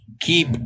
Keep